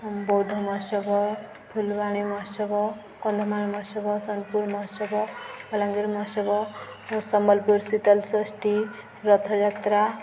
ବୌଦ୍ଧ ମହୋତ୍ସବ ଫୁଲବାଣୀ ମହୋତ୍ସବ କନ୍ଧମାଳ ମହୋତ୍ସବ ସୋନପୁର ମହୋତ୍ସବ ବଲାଙ୍ଗୀର ମହୋତ୍ସବ ସମ୍ବଲପୁର ଶୀତଳ ଷଷ୍ଠୀ ରଥଯାତ୍ରା